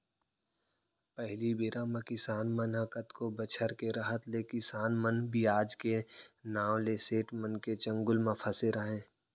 पहिली बेरा म किसान मन ह कतको बछर के रहत ले किसान मन बियाज के नांव ले सेठ मन के चंगुल म फँसे रहयँ